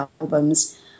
albums